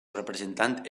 representant